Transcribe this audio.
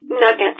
nuggets